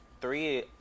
three